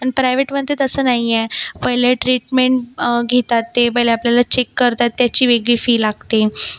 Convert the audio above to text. आणि प्रायव्हेटमधे तसं नाहीये पहिले ट्रीटमेंट घेतात ते पहिले आपल्याला चेक करतात त्याची वेगळी फी लागते